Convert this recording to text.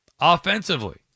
offensively